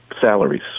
salaries